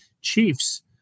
Chiefs